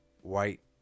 White